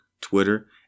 Twitter